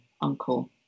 uncle